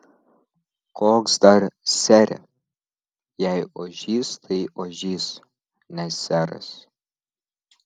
koks dar sere jei ožys tai ožys ne seras